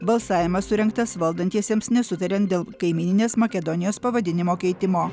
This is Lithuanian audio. balsavimas surengtas valdantiesiems nesutariant dėl kaimyninės makedonijos pavadinimo keitimo